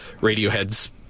Radiohead's